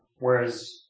Whereas